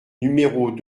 numéros